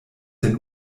sen